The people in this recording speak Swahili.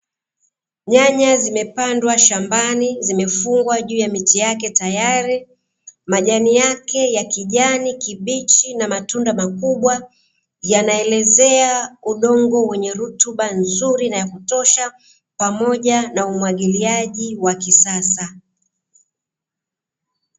Nyanya zimepandwa shambani, zimefungwa juu ya miti yake tayari. Majani yake ya kijani kibichi na matunda makubwa, yanaelezea udongo wenye rutuba nzuri na ya kutosha pamoja na umwagiliaji wa kisasa.